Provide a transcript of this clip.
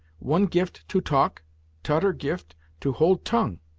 one gift to talk t'udder gift to hold tongue.